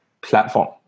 platform